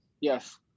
Yes